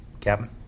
Captain